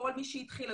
כל מי שהתחיל,